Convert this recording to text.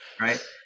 Right